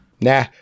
Nah